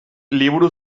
liburu